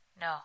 No